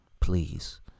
please